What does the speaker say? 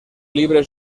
libre